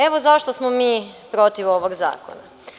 Evo zašto smo mi protiv ovog zakona.